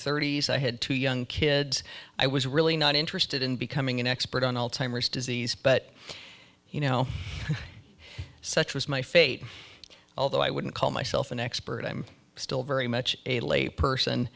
thirty's i had two young kids i was really not interested in becoming an expert on all timers disease but you know such was my fate although i wouldn't call myself an expert i'm still very much a lay person